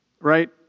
right